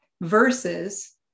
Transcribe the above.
versus